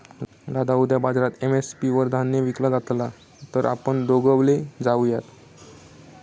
दादा उद्या बाजारात एम.एस.पी वर धान्य विकला जातला तर आपण दोघवले जाऊयात